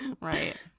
Right